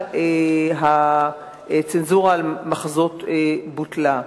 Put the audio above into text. הצנזורה על מחזות בוטלה.